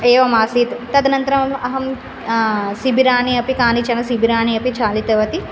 एवमासीत् तदनन्तरम् अहं शिभिराणि अपि कानिचन शिभिरानि अपि चालितवती